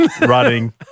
running